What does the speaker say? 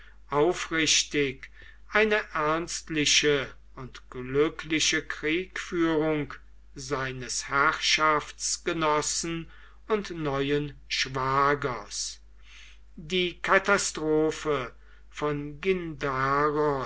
aufrichtig eine ernstliche und glückliche kriegführung seines herrschaftsgenossen und neuen schwagers die katastrophe von